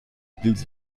dils